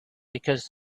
because